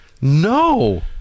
no